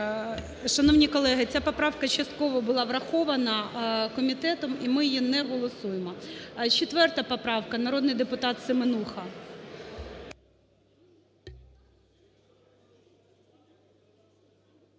Шановні колеги, ця поправка частково була врахована комітетом і ми її не голосуємо. 4 поправка, народний депутат Семенуха.